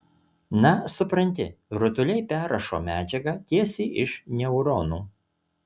na supranti rutuliai perrašo medžiagą tiesiai iš neuronų